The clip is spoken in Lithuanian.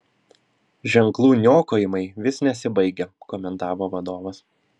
ženklų niokojimai vis nesibaigia komentavo vadovas